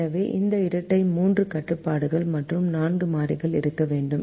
எனவே இந்த இரட்டை மூன்று கட்டுப்பாடுகள் மற்றும் நான்கு மாறிகள் இருக்க வேண்டும்